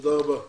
תודה רבה לכולם.